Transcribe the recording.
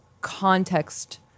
context